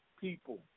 people